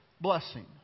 blessing